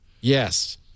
yes